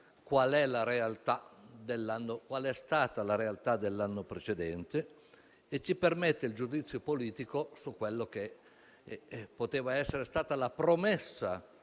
qual è stata la realtà dell'anno precedente e ci permette un giudizio politico su quella che era stata la promessa